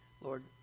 Lord